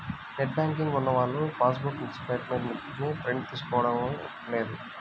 net banking ఉన్నవాళ్ళు pass book statements ని print తీయించుకోనవసరం లేదు